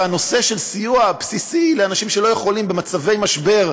והנושא של סיוע בסיסי לאנשים שלא יכולים במצבי משבר,